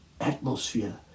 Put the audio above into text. atmosphere